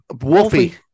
Wolfie